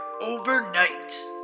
overnight